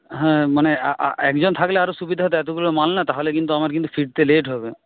হ্যাঁ মানে একজন থাকলে আরো সুবিধা হত এতগুলো মাল না তাহলে কিন্তু আমার কিন্তু ফিরতে লেট হবে